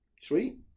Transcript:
Sweet